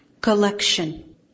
collection